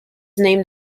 named